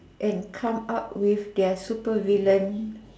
and come up with their super villain